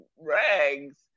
rags